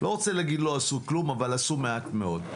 לא רוצה להגיד לא עשו כלום, אבל עשו מעט מאוד.